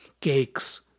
cakes